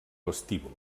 vestíbul